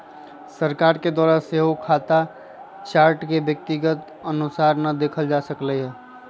सरकार के द्वारा सेहो खता चार्ट के व्यक्तिगत अनुसारे न देखल जा सकैत हइ